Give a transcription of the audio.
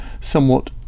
somewhat